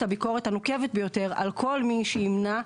הביקורת הנוקבת ביותר על כל מי שימנע,